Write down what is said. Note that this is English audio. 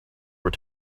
were